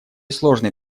сложной